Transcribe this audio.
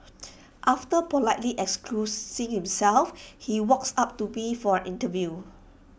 after politely excusing himself he walks up to me for our interview